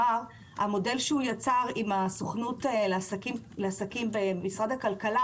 המודל שהוא יצר עם הסוכנות לעסקים במשרד הכלכלה